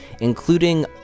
including